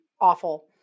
Awful